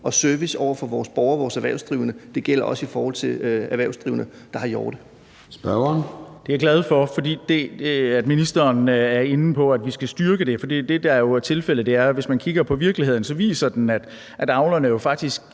og service over for vores borgere og vores erhvervsdrivende. Det gælder også i forhold til erhvervsdrivende, der har hjorte. Kl. 13:37 Formanden (Søren Gade): Spørgeren. Kl. 13:37 Carsten Bach (LA): Jeg er glad for, at ministeren er inde på, at vi skal styrke det. For det, der jo er tilfældet, er, at hvis man kigger på virkeligheden, viser den, at avlerne jo faktisk